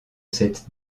cette